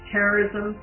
Terrorism